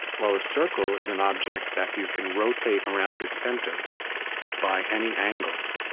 well, a circle is an object that you can rotate around its center by any angle,